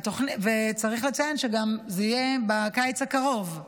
צריך לציין שהיא תהיה גם בקיץ הקרוב,